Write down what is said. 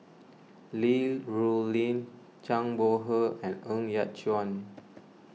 Li Rulin Zhang Bohe and Ng Yat Chuan